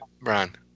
Brian